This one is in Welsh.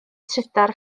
trydar